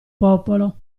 popolo